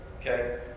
okay